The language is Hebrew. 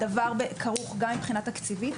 הדבר כרוך גם מבחינה תקציבית.